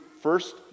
First